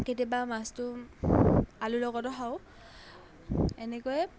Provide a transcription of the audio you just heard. কেতিয়াবা মাছটো আলুৰ লগতো খাওঁ এনেকৈয়ে